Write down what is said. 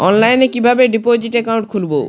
অনলাইনে কিভাবে deposit account খুলবো?